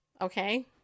Okay